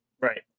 Right